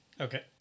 Okay